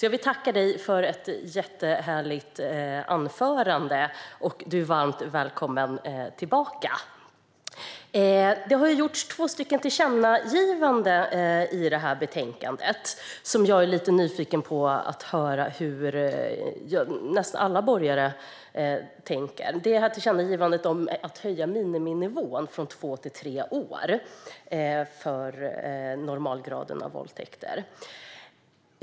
Jag vill tacka dig för ett jättehärligt anförande. Du är varmt välkommen tillbaka. Det finns två tillkännagivanden i detta betänkande. Jag är lite nyfiken på att höra hur alla borgerliga tänker om dem. Det finns ett tillkännagivande om att höja miniminivån från två till tre år för våldtäkt av normalgraden.